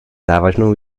závažnou